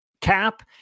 cap